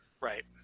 right